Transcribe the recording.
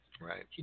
Right